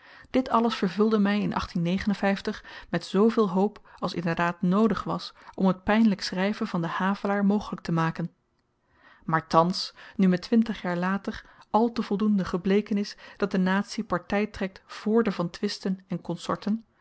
dit alles vervulde my in met zooveel hoop als inderdaad noodig was om t pynlyk schryven van den havelaar mogelyk te maken maar thans nu me twintig jaar later al te voldoende gebleken is dat de natie party trekt vr de van twisten en